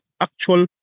actual